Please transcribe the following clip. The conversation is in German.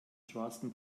schwarzen